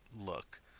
look